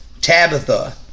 tabitha